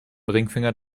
ringfinger